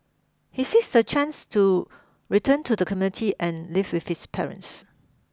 he seeks the chance to return to the community and live with his parents